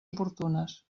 oportunes